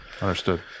Understood